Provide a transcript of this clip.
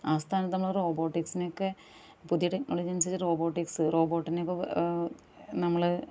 ആ സ്ഥാനത്ത് നമ്മള് റോബോട്ടിക്സിനെയക്കെ പുതിയ ടെക്നോളജിയനുസരിച്ച് റോബോട്ടിക്സ്സ് റോബോട്ടിനെയൊക്കെ നമ്മള്